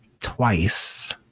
twice